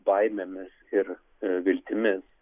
baimėmis ir viltimis